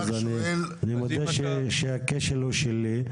אז אני מודה שהכשל הוא שלי,